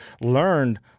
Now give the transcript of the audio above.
learned